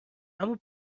اما